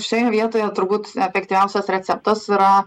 šioje vietoje turbūt efektyviausias receptas yra